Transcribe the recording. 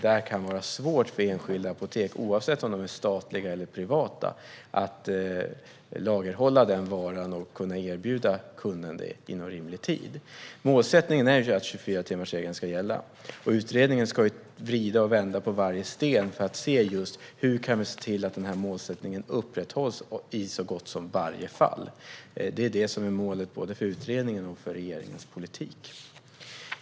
Det kan vara svårt för enskilda apotek, oavsett om de är statliga eller privata, att lagerhålla den varan och kunna erbjuda kunden den inom rimlig tid. Målsättningen är att 24-timmarsregeln ska gälla. Utredningen ska vrida och vända på varje sten för att se: Hur kan vi se till att målsättningen upprätthålls i så gott som varje fall? Det är målet både för utredningen och för regeringens politik.